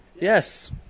Yes